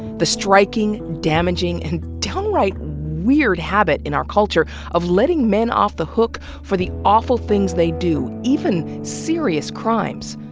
the striking, damaging, and downright weird habit in our culture of letting men off the hook for the awful things they do, even serious crimes.